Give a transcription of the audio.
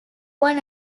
one